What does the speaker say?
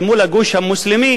אל מול הגוש המוסלמי,